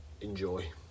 enjoy